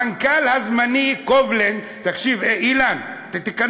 המנכ"ל הזמני קובלנץ, אילן, תקשיב.